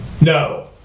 No